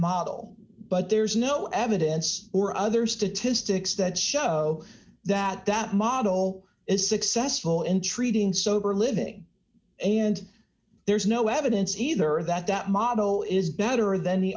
model but there's no evidence or other statistics that show that that model is successful in treating sober living and there's no evidence either that that model is better than the